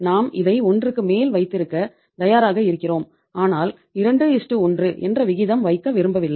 நாம் இதை ஒன்றுக்கு மேல் வைத்திருக்க தயாராக இருக்கிறோம் ஆனால் 21 என்ற விகிதம் வைக்க விரும்பவில்லை